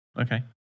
Okay